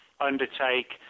undertake